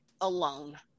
alone